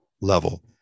level